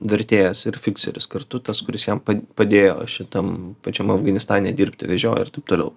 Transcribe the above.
vertėjas ir fikseris kartu tas kuris jam padėjo šitam pačiam afganistane dirbti vežiojo ir taip toliau